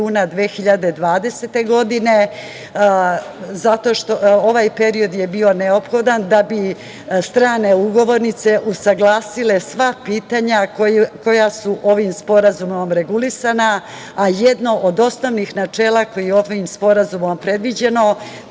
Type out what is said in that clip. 2020. godine. Ovaj period je bio neophodan da bi strane ugovornice usaglasile sva pitanja koja su ovim sporazumom regulisana, a jedno od osnovnih načela koji je ovim sporazumom predviđeno